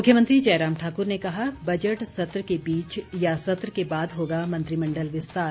मुख्यमंत्री जयराम ठाकुर ने कहा बजट सत्र के बीच या सत्र के बाद होगा मंत्रिमंडल विस्तार